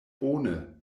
bone